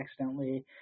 accidentally